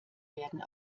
werden